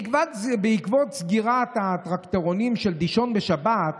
"בעקבות סגירת טרקטורוני דישון בשבת,